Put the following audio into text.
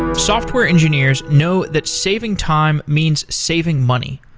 and software engineers know that saving time means saving money.